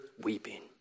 weeping